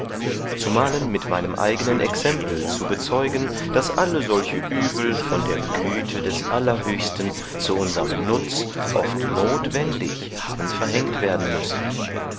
zumalen mit meinem eigenen exempel zu bezeugen daß alle solche übel von der güte des allerhöchsten zu unserm nutz oft notwendig haben verhängt werden müssen